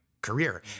career